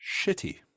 shitty